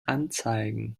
anzeigen